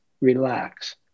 relax